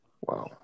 wow